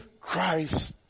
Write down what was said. Christ